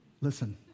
listen